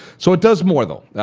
so it does more though.